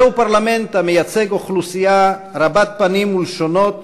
זהו פרלמנט המייצג אוכלוסייה רבת פנים ולשונות,